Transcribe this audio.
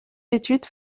études